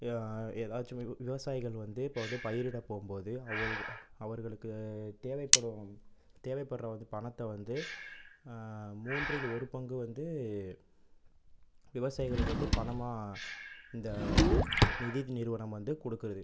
ஏதாச்சும் விவசாயிகள் வந்து இப்போது வந்து பயிரிட போகும் போது அவர்களுக்கு தேவைப்படும் தேவைப்படுற பணத்தை வந்து மூன்றில் ஒரு பங்கு வந்து விவசாயிகளுக்கு வந்து பணமாக இந்த நிதி நிறுவனம் வந்து கொடுக்கிறது